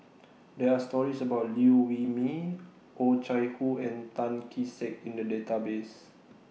There Are stories about Liew Wee Mee Oh Chai Hoo and Tan Kee Sek in The Database